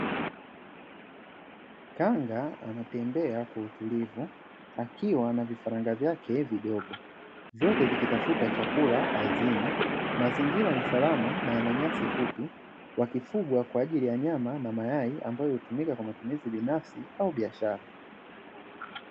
Kanga anatembea kwa utulivu akiwa na vifaranga vyake vidogo, vyote vikitafuta chakula ardhini mazingira ni salama, na yana nyasi fupi wakifugwa kwa ajili ya nyama na mayai ambayo hutumika kwa matumizi binafsia kama biashara.